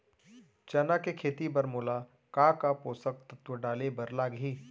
चना के खेती बर मोला का का पोसक तत्व डाले बर लागही?